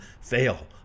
fail